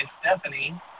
Stephanie